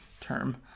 term